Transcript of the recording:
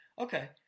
okay